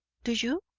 do you?